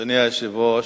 אדוני היושב-ראש,